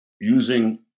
using